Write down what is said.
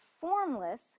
formless